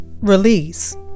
release